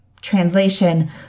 translation